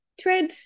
tread